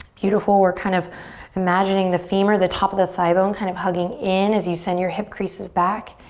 beautiful, we're kind of imagining the femur, the top of the thigh bone kind of hugging in as you send your hip creases back.